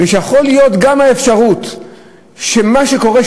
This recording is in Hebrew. ושיכולה להיות גם האפשרות שמה שקורה,